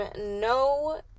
no